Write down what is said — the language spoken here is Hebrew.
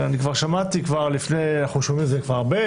אנחנו שומעים כבר הרבה,